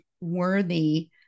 worthy